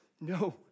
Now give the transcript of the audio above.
no